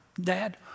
Dad